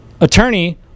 attorney